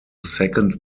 second